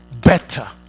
better